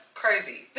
crazy